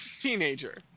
teenager